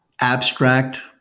abstract